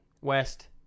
west